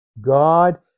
God